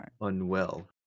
Unwell